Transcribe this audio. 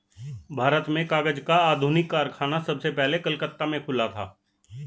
भारत में कागज का आधुनिक कारखाना सबसे पहले कलकत्ता में खुला था